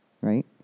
right